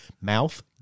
mouth